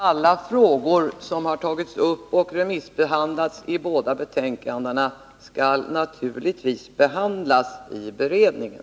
Herr talman! Avsikten är naturligtvis att alla frågor som har tagits upp i båda betänkandena och remissbehandlats skall behandlas i beredningen.